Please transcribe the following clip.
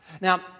Now